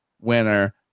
winner